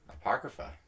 Apocrypha